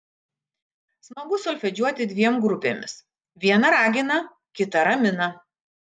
smagu solfedžiuoti dviem grupėmis viena ragina kita ramina